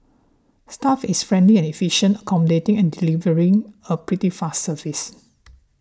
staff is friendly and efficient accommodating and delivering a pretty fast service